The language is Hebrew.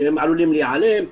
שעלולים להיעלם,